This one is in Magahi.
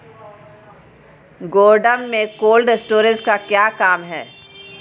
गोडम में कोल्ड स्टोरेज का क्या काम है?